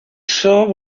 saw